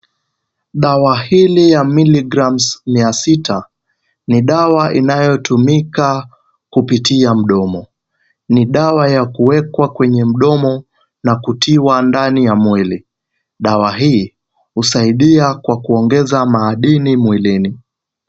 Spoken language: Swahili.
Dawa hili ya milligrams mia sita ni dawa inayotumika kupitia mdomo. Ni dawa ya kuwekwa kwenye mdomo na kutiwa ndani ya mwili. Dawa hii husaidia kwa kuongeza madini mwilini.